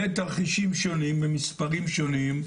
בתרחישים שונים במספרים שונים,